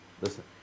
listen